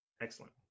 Excellent